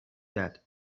that